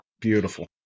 Beautiful